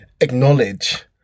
acknowledge